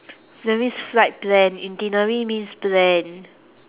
that means flight plan itinerary means plan